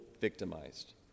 victimized